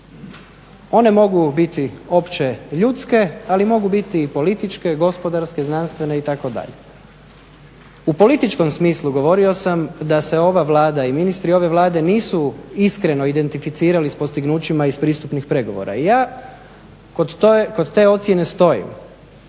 One mogu biti opće ljudske ali mogu biti i političke, gospodarske, znanstvene itd. U političkom smislu govorio sam da se ova Vlada i ministri ove Vlade nisu iskreno identificirali s postignućima iz pristupnih pregovora. Ja kod te ocjene stojim.